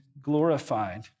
glorified